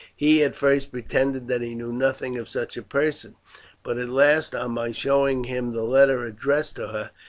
he at first pretended that he knew nothing of such a person but at last, on my showing him the letter addressed to her,